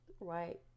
Right